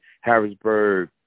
Harrisburg